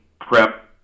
prep